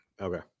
okay